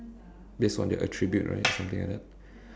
based on their attribute right something like that